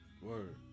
Word